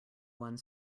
one